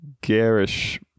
garish